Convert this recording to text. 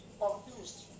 confused